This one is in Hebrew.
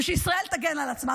ושישראל תגן על עצמה.